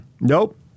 Nope